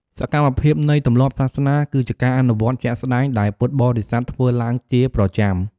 សកម្មភាពនៃទម្លាប់សាសនា គឺជាការអនុវត្តជាក់ស្ដែងដែលពុទ្ធបរិស័ទធ្វើឡើងជាប្រចាំ។